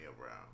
Brown